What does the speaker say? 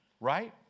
Right